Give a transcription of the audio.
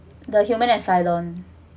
the human and cylon